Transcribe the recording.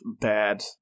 bad